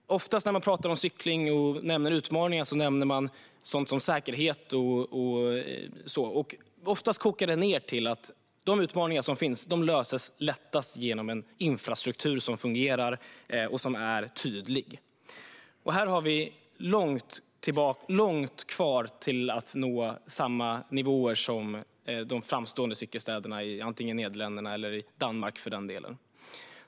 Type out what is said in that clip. Oftast när man talar om cykling och utmaningar nämner man sådant som säkerhet. Oftast kokar det ned till att de utmaningar som finns löses lättast genom en infrastruktur som fungerar och är tydlig. Här har vi långt kvar till att nå samma nivåer som de framstående cykelstäderna i Nederländerna eller för den delen i Danmark.